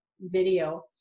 video